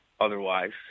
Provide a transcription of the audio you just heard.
otherwise